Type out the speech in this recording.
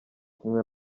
kumwe